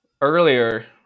earlier